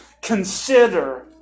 consider